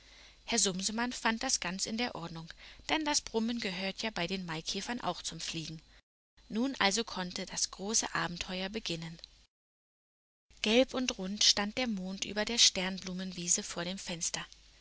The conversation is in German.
herr sumsemann fand das ganz in der ordnung denn das brummen gehört ja bei den maikäfern auch zum fliegen nun also konnte das große abenteuer beginnen gelb und rund stand der mond über der sternblumenwiese vor dem fenster